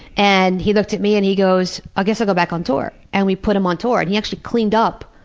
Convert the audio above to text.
and he looked at me and he goes, i ah guess i'll go back on tour. and we put him on tour, and he actually cleaned up,